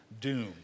doom